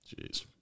Jeez